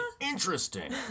interesting